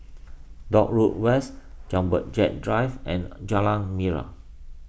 Dock Road West Jumbo Jet Drive and Jalan Nira